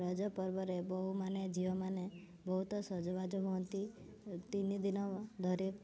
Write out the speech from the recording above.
ରଜ ପର୍ବରେ ବୋହୂମାନେ ଝିଅମାନେ ବହୁତ ସଜବାଜ ହୁଅନ୍ତି ତିନିଦିନ ଧରି